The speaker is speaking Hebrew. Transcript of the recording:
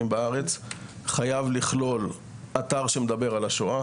בארץ חייב לכלול אתר שמדבר על השואה.